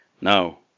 now